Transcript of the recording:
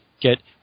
get